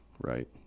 right